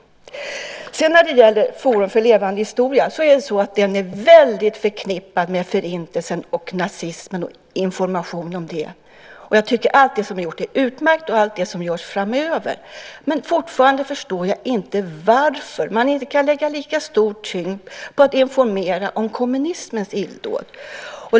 Forum för levande historia är väldigt förknippat med information om Förintelsen och nazismen. Allt det som är gjort och som ska göras framöver är utmärkt. Men fortfarande förstår jag inte varför man inte kan lägga lika stor tyngd på att informera om kommunismens illdåd.